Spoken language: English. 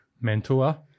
Mentor